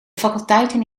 faculteiten